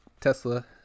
tesla